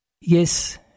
Yes